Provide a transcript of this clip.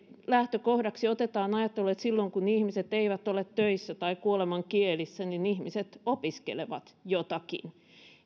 lähtökohdaksi otetaan ajattelu että silloin kun ihmiset eivät ole töissä tai kuolemankielissä ihmiset opiskelevat jotakin